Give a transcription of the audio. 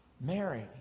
Mary